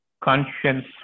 conscience